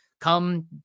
come